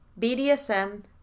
BDSM